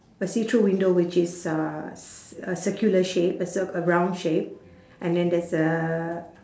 a see through window which is uh c~ a circular shape a circ~ a round shape and then there's a